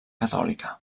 catòlica